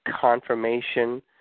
confirmation